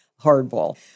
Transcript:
hardball